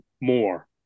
more